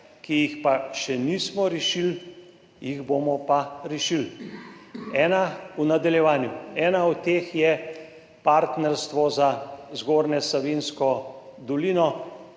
ki jih še nismo rešili, jih bomo pa rešili v nadaljevanju. Ena od teh je partnerstvo za Zgornjo Savinjsko dolino.